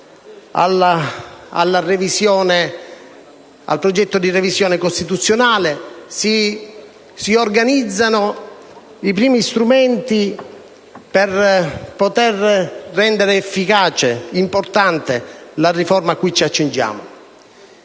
dà avvio al progetto di revisione costituzionale e si organizzano i primi strumenti per poter rendere efficace, importante, la riforma che ci accingiamo